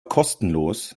kostenlos